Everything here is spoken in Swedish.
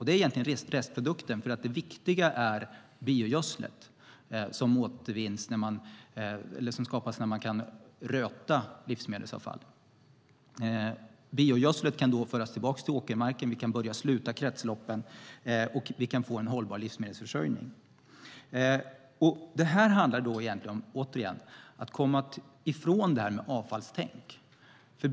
Det är egentligen restprodukten, för det viktiga är det biogödsel som skapas när man kan röta livsmedelsavfall. Biogödseln kan då föras tillbaka till åkermarken, vi kan börja sluta kretsloppen och få en hållbar livsmedelsförsörjning. Det här handlar återigen om att komma ifrån det här med avfallstänk.